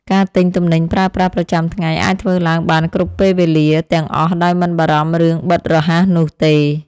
ការទិញទំនិញប្រើប្រាស់ប្រចាំថ្ងៃអាចធ្វើឡើងបានគ្រប់ពេលវេលាទាំងអស់ដោយមិនបារម្ភរឿងបិទរហ័សនោះទេ។